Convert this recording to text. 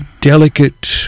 delicate